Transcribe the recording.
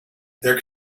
their